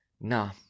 Nah